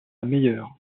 meilleure